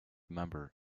member